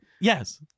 yes